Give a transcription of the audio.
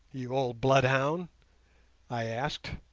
you old bloodhound i asked.